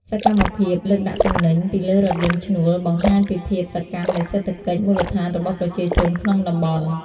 សកម្មភាពលើកដាក់ទំនិញពីលើរថយន្តឈ្នួលបង្ហាញពីភាពសកម្មនៃសេដ្ឋកិច្ចមូលដ្ឋានរបស់ប្រជាជនក្នុងតំបន់។